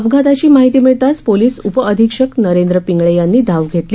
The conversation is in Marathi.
अपघाताची माहिती मिळताच पोलीस उपअधीक्षक नरेंद्र पिंगळे यांनी धाव घेतली